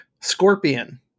Scorpion